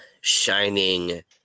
shining